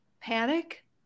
panic